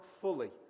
fully